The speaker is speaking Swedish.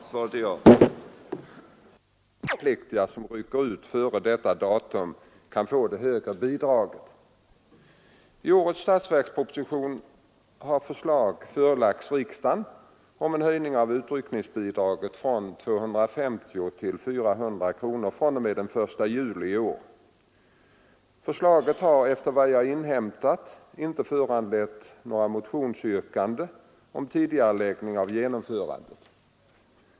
Herr talman! Herr Granstedt har frågat mig om jag är beredd att ta initiativ till att den höjning av de värnpliktigas utryckningsbidrag från 250 till 400 kronor, som föreslagits bli genomförd från den 1 juli 1974, kan tidigareläggas så att även de nu tjänstgörande värnpliktiga som rycker ut före detta datum kan få det högre bidraget. I årets statsverksproposition har förslag förelagts riksdagen om en höjning av utryckningsbidraget från 250 till 400 kronor fr.o.m. den 1 juli i år. Förslaget har efter vad jag inhämtat inte föranlett några motionsyrkanden om tidigareläggning av genomförandet.